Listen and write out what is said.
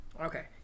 Okay